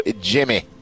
Jimmy